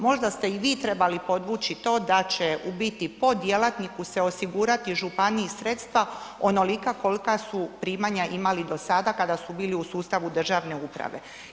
Možda ste i vi trebali podvući to da će u biti po djelatniku se osigurati županiji sredstva onolika kolika su primanja imali do sada kada su bili u sustavu državne uprave.